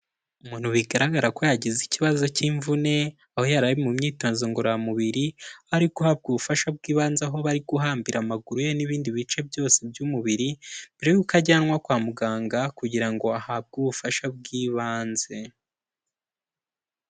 Umuntu bigaragara ko yagize ikibazo cy'imvune, aho yari ari mu myitozo ngororamubiri, ari guhabwa ahabwa ubufasha bw'ibanze aho bari guhambira amaguru ye n'ibindi bice byose by'umubiri, mbere yuko ajyanwa kwa muganga kugira ngo ahabwe ubufasha bw'ibanze.